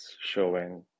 showing